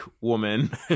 woman